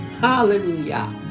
hallelujah